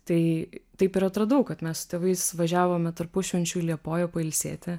tai taip ir atradau kad mes su tėvais važiavome tarpušvenčiu į liepoją pailsėti